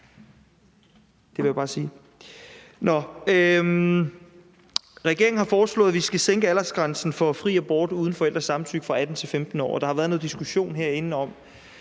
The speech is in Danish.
det vil jeg bare sige. Regeringen har foreslået, at vi skal sænke aldersgrænsen for fri abort uden forældres samtykke fra 18 til 15 år, og der har været noget diskussion herinde fra